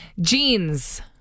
Jeans